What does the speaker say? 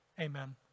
Amen